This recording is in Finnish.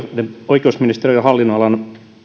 oikeusministeriön hallinnonalan